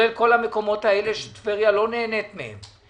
כלל כל המקומות האלה שטבריה לא נהנית מהם.